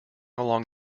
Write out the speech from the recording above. along